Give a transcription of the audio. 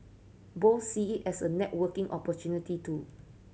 both see it as a networking opportunity too